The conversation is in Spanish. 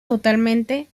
totalmente